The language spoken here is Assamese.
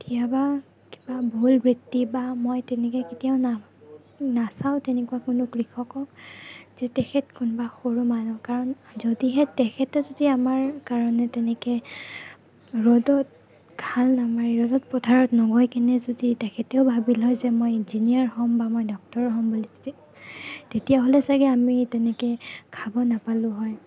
কেতিয়াবা কিবা ভুল বৃত্তি বা মই তেনেকে কেতিয়াও না নাচাও তেনেকুৱা কোনো কৃষকক যে তেখেত কোনোবা সৰু মানুহ কাৰণ যদিহে তেখেতে যদি আমাৰ কাৰণে তেনেকে ৰ'দত হাল নামাৰি ৰ'দত পথাৰত নগৈকেনে যদি তেখেতেও ভাৱিল হয় যে মই ইঞ্জিনিয়াৰ হ'ম বা মই ডক্টৰ হ'ম বুলি তেতিয়া তেতিয়াহ'লে ছাগে আমি তেনেকে খাব নাপালো হয়